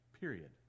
period